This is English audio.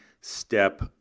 step